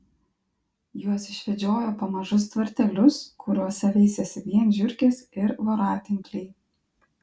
juos išvedžiojo po mažus tvartelius kuriuose veisėsi vien žiurkės ir voratinkliai